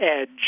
Edge